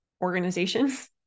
organizations